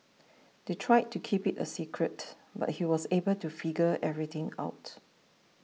they tried to keep it a secret but he was able to figure everything out